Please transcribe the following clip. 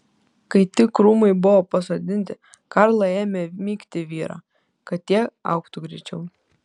kai tik krūmai buvo pasodinti karla ėmė mygti vyrą kad tie augtų greičiau